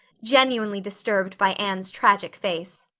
genuinely disturbed by anne's tragic face.